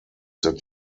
that